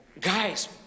guys